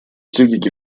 zügig